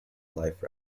life